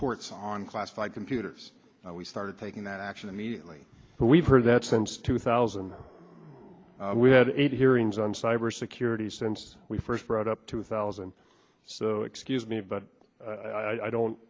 ports on classified computers we started taking that action immediately but we've heard that since two thousand we had eight hearings on cybersecurity since we first brought up to thaw and so excuse me but i don't